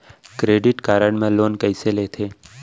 Credit card मा loan कइसे लेथे?